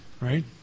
right